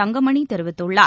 தங்கமணி தெரிவித்துள்ளார்